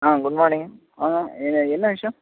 ஆ good morning வாங்க என்ன என்ன விஷயோம்